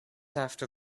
after